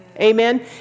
Amen